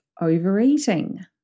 overeating